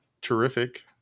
terrific